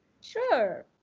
Sure